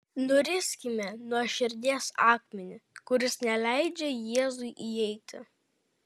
nuriskime nuo širdies akmenį kuris neleidžia jėzui įeiti